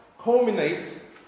culminates